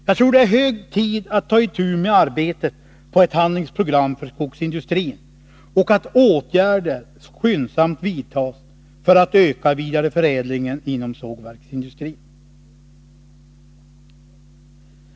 Jag tror att det är hög tid att ta itu med arbetet på ett handlingsprogram för skogsindustrin. Åtgärder måste skyndsamt vidtas i syfte att uppnå en 153 ökad vidareförädling inom sågverksindustrin.